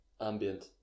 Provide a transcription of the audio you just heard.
ambient